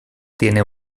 tiene